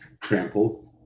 trampled